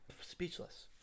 Speechless